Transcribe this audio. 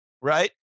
right